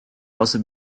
also